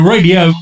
Radio